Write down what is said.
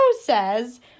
says